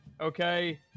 Okay